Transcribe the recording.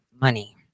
money